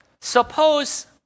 suppose